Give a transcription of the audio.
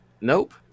Nope